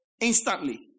Instantly